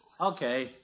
Okay